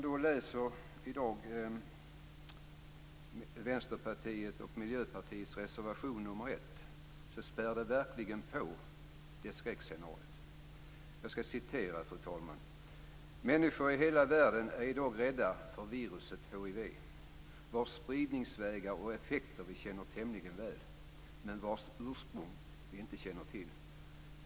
Det Vänsterpartiet och Miljöpartiet skriver i reservation nr 1 spär verkligen på det skräckscenariot: "Människor i hela världen är i dag rädda för viruset hiv, vars spridningsvägar och effekter vi känner tämligen väl, men vars ursprung vi inte känner till.